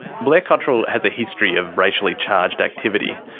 blair cottrell has a history of racially-charged activity.